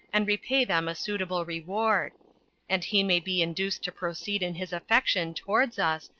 and repay them a suitable reward and he may be induced to proceed in his affection towards us,